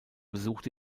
besuchte